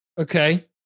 Okay